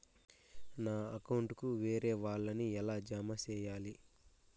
నా అకౌంట్ కు వేరే వాళ్ళ ని ఎలా జామ సేయాలి?